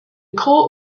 court